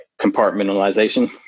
compartmentalization